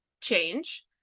change